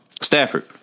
Stafford